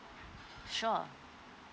sure